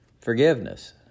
forgiveness